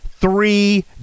three